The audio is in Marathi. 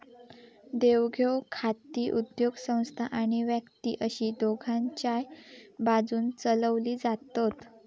देवघेव खाती उद्योगसंस्था आणि व्यक्ती अशी दोघांच्याय बाजून चलवली जातत